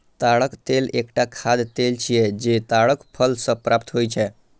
ताड़क तेल एकटा खाद्य तेल छियै, जे ताड़क फल सं प्राप्त होइ छै